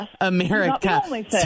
America